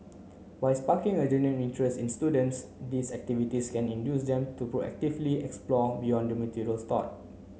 by sparking a genuine interest in students these activities can induce them to proactively explore beyond the materials taught